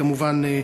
כמובן,